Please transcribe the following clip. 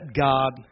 God